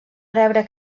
rebre